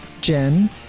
Jen